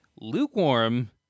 lukewarm